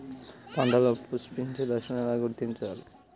పంటలలో పుష్పించే దశను ఎలా గుర్తించాలి?